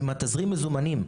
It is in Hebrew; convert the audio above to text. עם התזרים מזומנים,